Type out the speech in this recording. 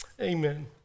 Amen